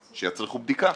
שיצריכו בדיקה.